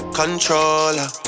controller